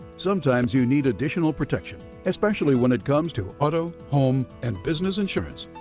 sometimes you need additional protection, especially when it comes to auto, home, and business insurance.